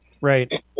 Right